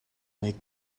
make